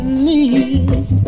knees